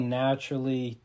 naturally